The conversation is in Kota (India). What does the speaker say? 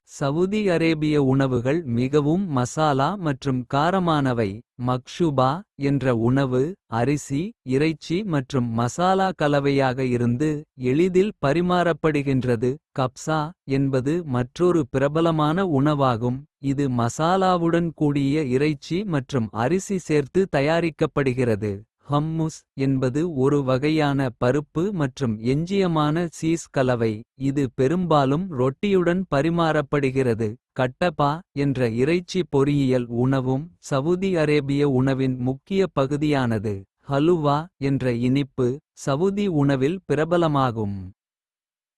சவுதி அரேபிய உணவுகள் மிகவும் மசாலா மற்றும் காரமானவை. மக்ஷூபா என்ற உணவு அரிசி இறைச்சி மற்றும். மசாலா கலவையாக இருந்து எளிதில் பரிமாறப்படுகின்றது. கப்ஸா என்பது மற்றொரு பிரபலமான உணவாகும். இது மசாலாவுடன் கூடிய இறைச்சி மற்றும். அரிசி சேர்த்து தயாரிக்கப்படுகிறது. ஹம்முஸ் என்பது ஒரு வகையான பருப்பு மற்றும். எஞ்சியமான சீஸ் கலவை இது பெரும்பாலும் ரொட்டியுடன். பரிமாறப்படுகிறது கட்டபா என்ற இறைச்சி பொரியியல். உணவும் சவுதி அரேபிய உணவின் முக்கிய பகுதியானது. ஹலுவா" என்ற இனிப்பு, சவுதி உணவில் பிரபலமாகும்.